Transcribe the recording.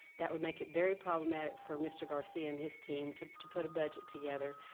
that would make it very problematic for mr. garcia and his team to to put a budget together,